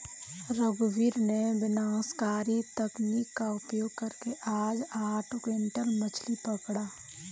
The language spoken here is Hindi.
रघुवीर ने विनाशकारी तकनीक का प्रयोग करके आज आठ क्विंटल मछ्ली पकड़ा